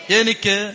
Yenike